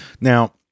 Now